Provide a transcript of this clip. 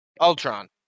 Ultron